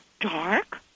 dark